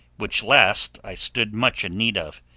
which last i stood much in need of.